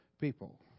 people